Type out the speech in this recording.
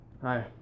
Hi